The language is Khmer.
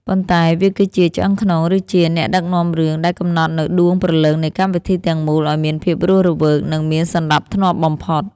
ប៉ុន្តែវាគឺជា «ឆ្អឹងខ្នង» ឬជា «អ្នកដឹកនាំរឿង» ដែលកំណត់នូវដួងព្រលឹងនៃកម្មវិធីទាំងមូលឱ្យមានភាពរស់រវើក និងមានសណ្តាប់ធ្នាប់បំផុត។